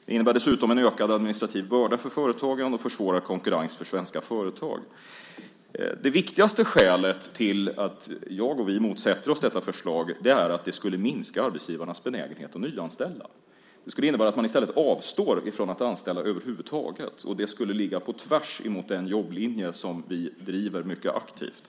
Det innebär dessutom en ökad administrativ börda för företagen och försvårar konkurrens för svenska företag. Det viktigaste skälet till att jag och vi motsätter oss detta förslag är att det skulle minska arbetsgivarnas benägenhet att nyanställa. Det skulle innebära att man i stället avstår från att anställa över huvud taget. Det skulle ligga på tvärs mot den jobblinje som vi driver mycket aktivt.